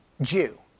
Jew